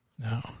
no